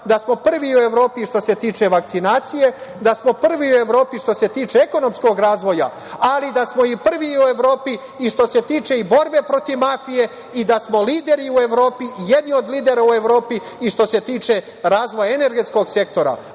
da smo prvi u Evropi što se tiče vakcinacije, da smo prvi u Evropi što se tiče ekonomskog razvoja, ali da smo i prvi u Evropi što se tiče i borbe protiv mafije i da smo lideri u Evropi, jedni od lidera u Evropi i što se tiče razvoja energetskog sektora.